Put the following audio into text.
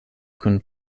kun